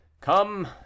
Come